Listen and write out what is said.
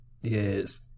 Yes